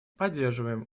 поддерживаем